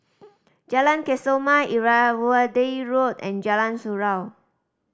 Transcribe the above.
Jalan Kesoma Irrawaddy Road and Jalan Surau